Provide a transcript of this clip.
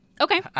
Okay